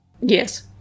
Yes